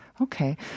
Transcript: Okay